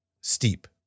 steep